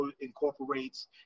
incorporates